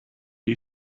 you